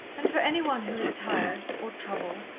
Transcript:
and for any one who is tired, or troubled,